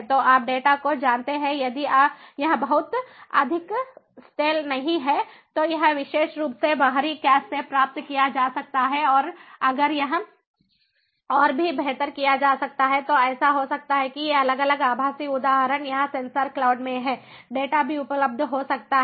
तो आप डेटा को जानते हैं यदि यह बहुत अधिक स्टेल नहीं है तो यह विशेष रूप से बाहरी कैश से प्राप्त किया जा सकता है और अगर यह और भी बेहतर किया जा सकता है तो ऐसा हो सकता है कि ये अलग अलग आभासी उदाहरण यहां सेंसर क्लाउड में हैं डेटा भी उपलब्ध हो सकता है